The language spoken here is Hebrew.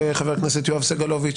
חבר הכנסת יואב סגלוביץ'.